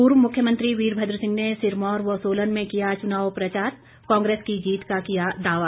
पूर्व मुख्यमंत्री वीरभद्र सिंह ने सिरमौर व सोलन में किया चुनाव प्रचार कांग्रेस की जीत का किया दावा